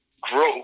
grow